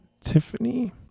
Tiffany